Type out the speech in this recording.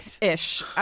ish